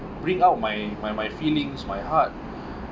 bring out my my my feelings in my heart